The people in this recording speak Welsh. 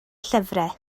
llyfrau